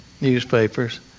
newspapers